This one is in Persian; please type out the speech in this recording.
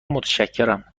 متشکرم